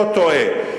לא טועה.